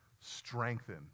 strengthen